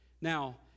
Now